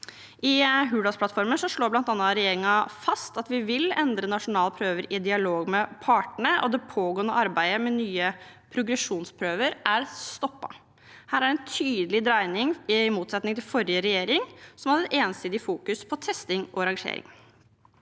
I Hurdalsplattformen slår regjeringen bl.a. fast at vi vil endre på nasjonale prøver i dialog med partene, og det pågående arbeidet med nye progresjonsprøver er stoppet. Her er det en tydelig dreining, i motsetning til forrige regjering, som ensidig fokuserte på testing og rangering.